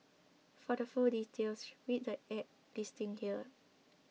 for the full details read the ad's listing here